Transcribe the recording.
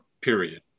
period